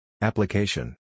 application